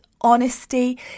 honesty